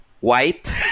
White